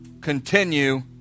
continue